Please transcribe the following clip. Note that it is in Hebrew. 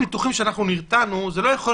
לא.